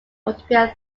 utopian